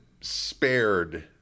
spared